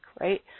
right